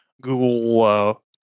Google